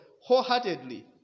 wholeheartedly